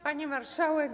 Pani Marszałek!